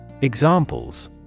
Examples